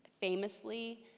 famously